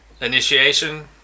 Initiation